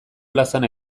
plazan